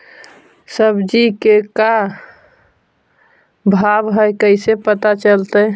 सब्जी के का भाव है कैसे पता चलतै?